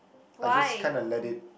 I just kinda let it